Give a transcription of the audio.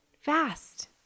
fast